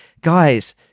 guys